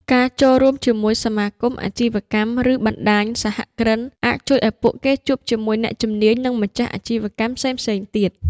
ការចូលរួមជាមួយសមាគមអាជីវកម្ម ឬបណ្តាញសហគ្រិន អាចជួយឱ្យពួកគេជួបជាមួយអ្នកជំនាញ និងម្ចាស់អាជីវកម្មផ្សេងៗទៀត។